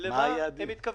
למה הם מתכוונים.